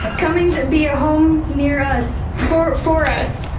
coming to be a home near us. for for us.